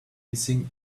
missing